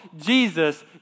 Jesus